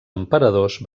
emperadors